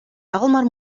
almaar